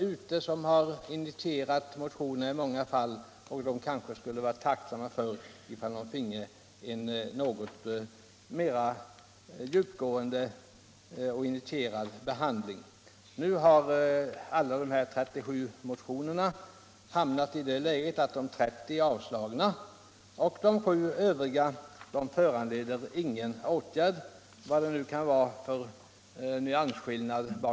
De som initierat motionen skulle säkerligen vara tacksamma om den finge en något mer djupgående behandling. Av dessa 37 motioner har 30 avstyrkts, medan de sju övriga föreslås inte föranleda någon åtgärd — vad det nu kan vara för skillnad.